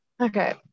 Okay